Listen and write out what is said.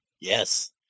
Yes